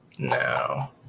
No